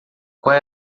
qual